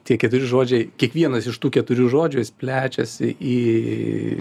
tie keturi žodžiai kiekvienas iš tų keturių žodžius jis plečiasi į